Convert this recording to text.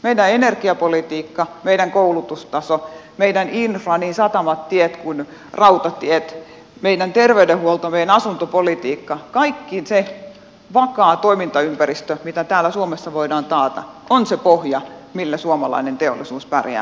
meidän energiapolitiikka meidän koulutustaso meidän infra niin satamat tiet kuin rautatiet meidän terveydenhuolto meidän asuntopolitiikka kaikki se vakaa toimintaympäristö mitä täällä suomessa voidaan taata on se pohja millä suomalainen teollisuus pärjää myöskin tästä eteenpäin